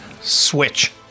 Switch